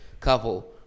couple